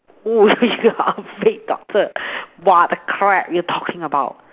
oh you are a fate doctor what the crap you talking about